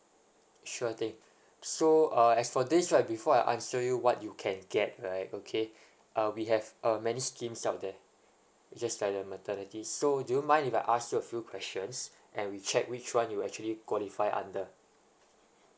sure thing so uh as for this right before I answer you what you can get right okay err we have uh many schemes out there just like the maternity so do you mind if I ask you a few questions and we check which one you actually qualify under